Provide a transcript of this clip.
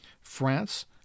France